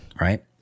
Right